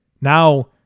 Now